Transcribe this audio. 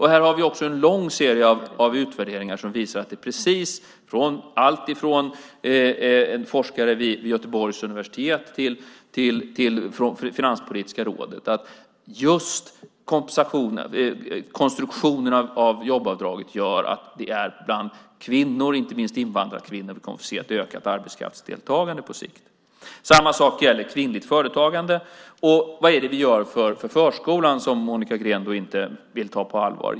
Här har vi också en lång serie av utvärderingar, allt från en forskare vid Göteborgs universitet till Finanspolitiska rådet, som visar att konstruktionen av jobbavdraget gör att det är bland kvinnor, inte minst invandrarkvinnor, som vi kommer att få se ett ökat arbetskraftsdeltagande på sikt. Samma sak gäller kvinnligt företagande. Och vad är det vi gör för förskolan som Monica Green inte vill ta på allvar?